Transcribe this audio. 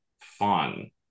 fun